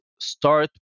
start